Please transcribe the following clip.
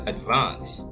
Advance